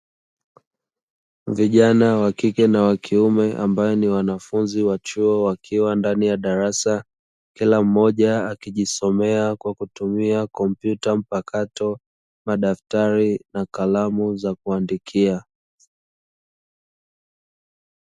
Vijana wakike na wakiume ambao ni wanafunzi wa chuo wakiwa ndani ya darasa kula mmoja akijisomea kwa kutumia kompyuta mpakato, madaftari na kalamu za kuandikia.